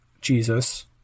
Jesus